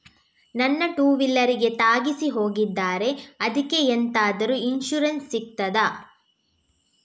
ನನ್ನ ಟೂವೀಲರ್ ಗೆ ತಾಗಿಸಿ ಹೋಗಿದ್ದಾರೆ ಅದ್ಕೆ ಎಂತಾದ್ರು ಇನ್ಸೂರೆನ್ಸ್ ಸಿಗ್ತದ?